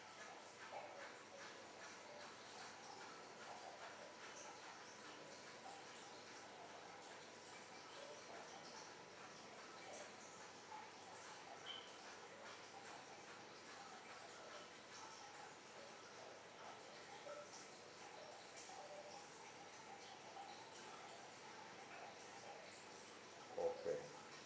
okay